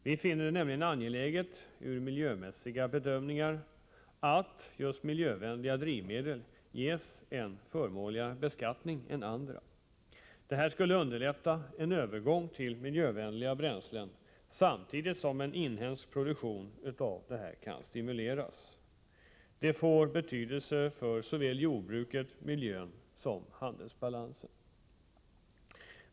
Vi finner det nämligen från miljömässiga bedömningar angeläget att just miljövänliga drivmedel får en förmånligare beskattning än andra. Detta skulle underlätta en övergång till miljövänliga bränslen, samtidigt som en inhemsk produktion av dessa kan stimuleras. Detta får betydelse för såväl jordbruket och miljön som handelsbalansen.